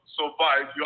survive